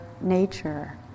nature